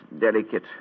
delicate